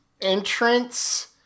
entrance